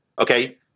Okay